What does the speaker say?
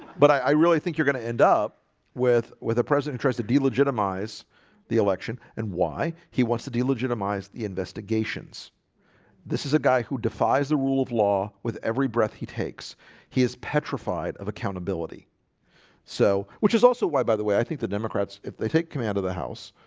but i really think you're gonna end up with where the president tries to delegitimize the election and why he wants to delegitimize the investigations this is a guy who defies the rule of law with every breath. he takes he is petrified of accountability so which is also why by the way, i think the democrats if they take command of the house